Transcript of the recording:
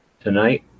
tonight